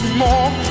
more